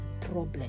problem